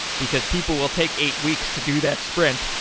because people will take eight weeks to do that sprint.